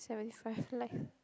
seventy five like